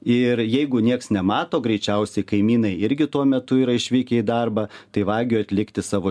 ir jeigu nieks nemato greičiausiai kaimynai irgi tuo metu yra išvykę į darbą tai vagiui atlikti savo